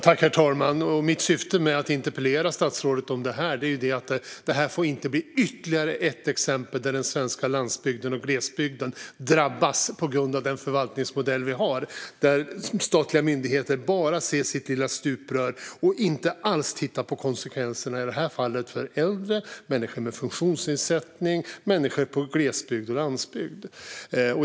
Herr talman! Skälet till att jag interpellerar statsrådet är att det här inte får bli ytterligare ett exempel där den svenska landsbygden och glesbygden drabbas på grund av den förvaltningsmodell vi har, där statliga myndigheter bara ser sitt lilla stuprör och inte alls tittar på konsekvenserna, i det här fallet för äldre, människor med funktionsnedsättning och människor i glesbygden och på landsbygden.